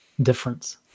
difference